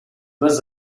was